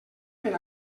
per